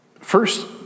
First